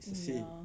it's the same